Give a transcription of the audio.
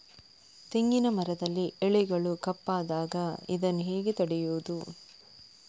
ತೆಂಗಿನ ಮರದಲ್ಲಿ ಎಲೆಗಳು ಕಪ್ಪಾದಾಗ ಇದನ್ನು ಹೇಗೆ ತಡೆಯುವುದು?